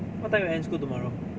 what time you end school tomorrow